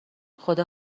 خدا